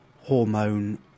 hormone